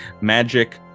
magic